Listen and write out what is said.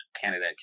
Canada